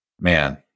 man